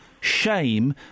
shame